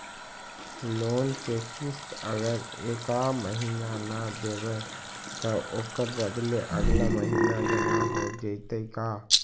Loan के किस्त अगर एका महिना न देबै त ओकर बदले अगला महिना जमा हो जितै का?